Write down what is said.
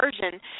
version